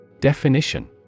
Definition